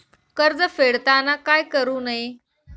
कर्ज फेडताना काय करु नये?